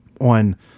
on